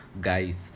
guys